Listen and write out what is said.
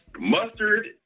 Mustard